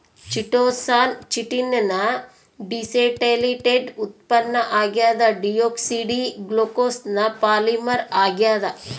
chitosan chitin ನ deacetylated ಉತ್ಪನ್ನ ಆಗ್ಯದ ಡಿಯೋಕ್ಸಿ ಡಿ ಗ್ಲೂಕೋಸ್ನ ಪಾಲಿಮರ್ ಆಗ್ಯಾದ